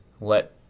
let